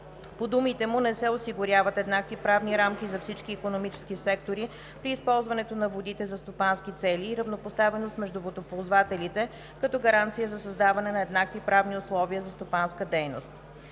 По думите му не се осигуряват еднакви правни рамки за всички икономически сектори при използването на водите за стопански цели и равнопоставеност между водоползвателите като гаранция за създаване на еднакви правни условия за стопанска дейност.